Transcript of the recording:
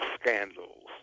Scandals